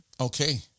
Okay